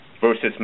versus